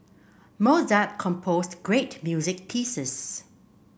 Mozart composed great music pieces